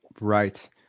Right